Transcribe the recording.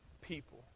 people